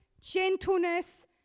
gentleness